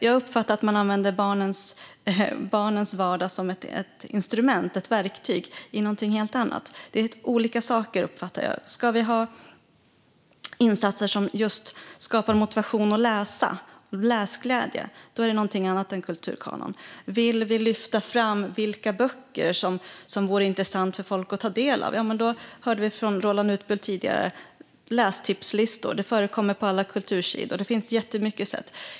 Jag uppfattar att man använder barnens vardag som ett instrument, ett verktyg, för någonting helt annat. Det är olika saker, uppfattar jag. Ska vi ha insatser som just skapar motivation att läsa, läsglädje, är det någonting annat än kulturkanon. Vill vi lyfta fram vilka böcker som vore intressanta för folk att ta del av finns det ju lästipslistor, som vi hörde från Roland Utbult tidigare. Det förekommer på alla kultursidor. Det finns jättemånga sätt.